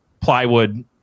plywood